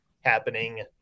happening